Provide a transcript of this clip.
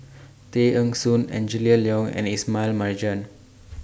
Tay Eng Soon Angela Liong and Ismail Marjan